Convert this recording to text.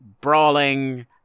brawling